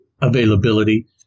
availability